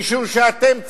משום שאתם צבועים.